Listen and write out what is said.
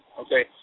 okay